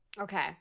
Okay